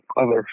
others